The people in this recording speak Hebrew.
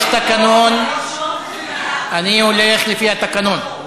יש תקנון, אני הולך לפי התקנון.